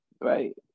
right